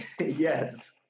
Yes